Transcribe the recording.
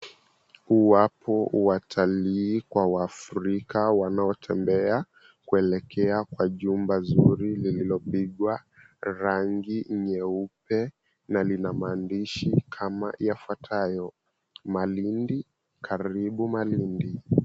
Wapo watalii kwa Waafrika wanaotembea kuelekea kwa jumba zuri lililopigwa rangi nyeupe na lina maandishi kama yafuatayo Malindi Karibu Malindi.